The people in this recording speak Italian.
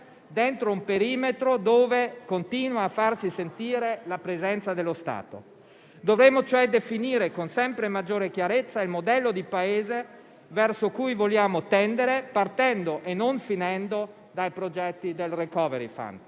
dentro un perimetro dove continua a farsi sentire la presenza dello Stato. Dovremo cioè definire con sempre maggiore chiarezza il modello di Paese verso cui vogliamo tendere partendo, e non finendo, dai progetti del *recovery fund*.